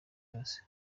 yose